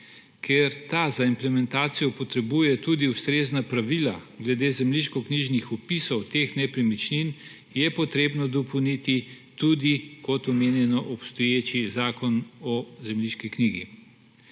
Ker ta za implementacijo potrebuje tudi ustrezna pravila glede zemljiškoknjižnih vpisov teh nepremičnin, je potrebno dopolniti tudi, kot omenjeno, obstoječi Zakon o zemljiški knjigi.